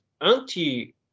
anti